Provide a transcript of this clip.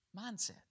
mindset